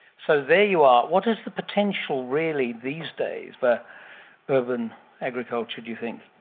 so there you are. what is the potential really these days for urban agriculture, do you think?